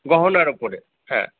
গহনার ওপরে হ্যাঁ